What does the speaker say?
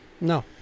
No